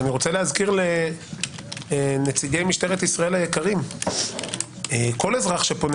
אני מזכיר לנציגי משטרת ישראל היקרים - כל אזרח שפונה